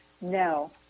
no